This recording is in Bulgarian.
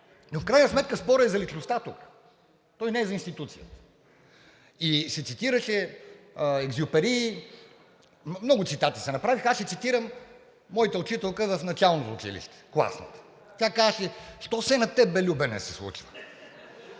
но в крайна сметка спорът е за личността тук, той не е за институцията. И се цитираше, че Екзюпери… Много цитати се направиха, а аз ще цитирам моята учителка в началното училище – класната. Тя казваше: „Що все на теб бе, Любене, се случва?“